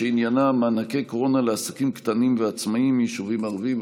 שעניינה: מענקי קורונה לעסקים קטנים ועצמאים מיישובים ערביים.